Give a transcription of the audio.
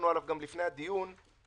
הזה הוא